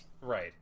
right